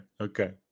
okay